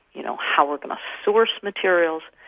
you know, how we're going to source materials,